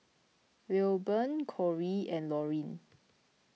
Lilburn Corrie and Laurene